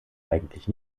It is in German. eigentlich